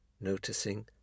noticing